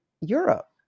Europe